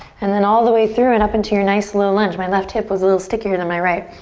and then all the way through and up into your nice low lunge. my left hip was a little stickier than my right.